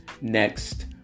next